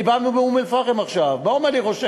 אני בא מאום-אלפחם עכשיו, מה אומר לי ראש העיר?